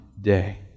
day